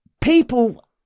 people